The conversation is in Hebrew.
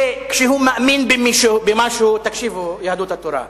שכשהוא מאמין במשהו, תקשיבו, יהדות התורה,